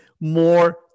more